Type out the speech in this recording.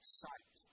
sight